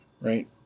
right